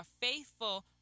faithful